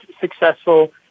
successful